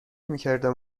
میکردم